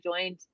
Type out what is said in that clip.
joined